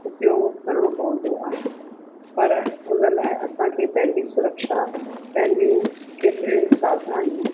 उपयोगु करिणो पवंदो आहे पर उन लाइ असांखे पंहिंजी सुरक्षा पंहिंजी केतिरियूं ई सावधानियूं